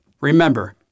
Remember